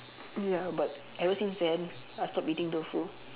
ya but ever since then I've stopped eating tofu